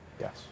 Yes